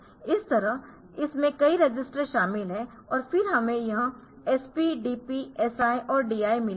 इस तरह इसमें कई रजिस्टर शामिल है और फिर हमें यह SP DP SI और DI मिला है